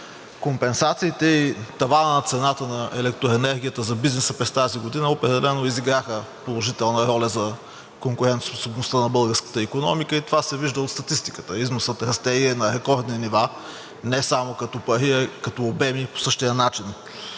Компенсациите и таванът на цената на електроенергията за бизнеса през тази година определено изиграха положителна роля за конкурентоспособността на българската икономика и това се вижда от статистиката – износът расте и е на рекордни нива не само като пари, а и като обеми по същия начин.